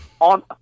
On